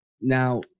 Now